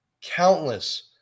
countless